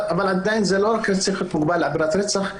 אבל עדיין זה לא צריך להיות מוגבל רק לעבירת רצח,